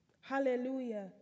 Hallelujah